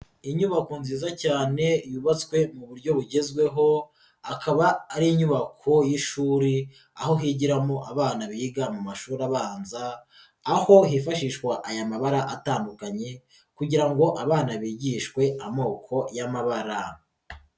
Inyubako nziza cyane yubatswe mu buryo bugezweho akaba ari inyubako y'ishuri aho higiramo abana biga mu mashuri abanza, aho hifashishwa aya mabara atandukanye kugira ngo abana bigishwe amoko y'amabara.